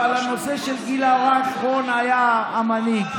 אבל בנושא של הגיל הרך רון היה המנהיג.